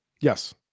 Yes